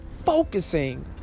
focusing